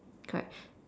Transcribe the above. correct